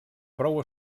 prou